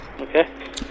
Okay